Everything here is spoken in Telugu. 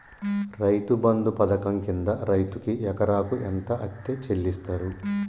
రైతు బంధు పథకం కింద రైతుకు ఎకరాకు ఎంత అత్తే చెల్లిస్తరు?